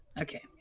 okay